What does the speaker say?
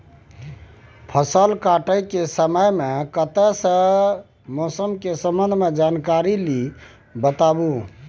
फसल काटय के समय मे कत्ते सॅ मौसम के संबंध मे जानकारी ली बताबू?